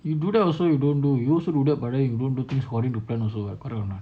you do that also you don't do you also do that correct you don't do things according to plan also lah correct or not